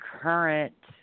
current